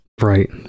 Right